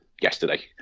yesterday